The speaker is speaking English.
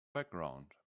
background